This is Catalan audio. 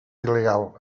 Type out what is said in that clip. il·legal